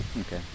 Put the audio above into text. Okay